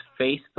Facebook